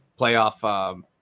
playoff